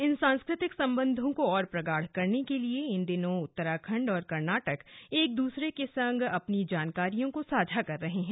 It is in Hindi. इन सांस्कृतिक संबंधों को और प्रगाढ़ करने के लिए इन दिनों उत्तराखंड और कर्नाटक एक दूसरे संग अपनी जानकारियों को साझा कर रहे हैं